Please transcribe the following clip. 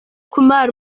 kumar